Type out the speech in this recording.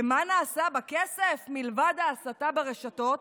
ומה נעשה בכסף מלבד ההסתה ברשתות?